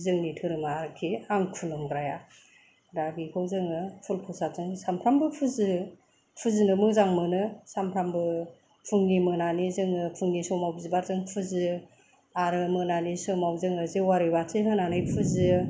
जोंनि धोरोमा आरोखि आं खुलुमग्राया दा बेखौ जोङो फुल प्रसादजों सानफ्रामबो फुजियो फुजिनो मोजां मोनो सामफ्रामबो फुंनि मोनानि फुङाव जोङो बिबारजों फुजियो आरो मोनानि समाव जों जेवारि बाथि होनानै फुजियो